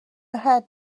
ahead